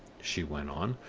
she went on,